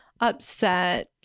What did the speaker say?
upset